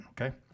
okay